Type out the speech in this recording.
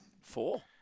Four